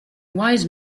wise